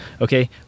okay